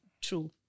true